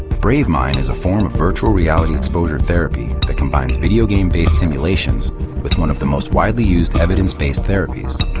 bravemind is a form of virtual reality exposure therapy that combines video game based simulations with one of the most widely used evidence-based therapies.